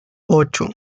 ocho